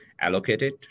allocated